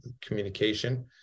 communication